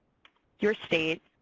your state,